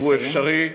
הוא אפשרי,